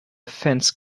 fence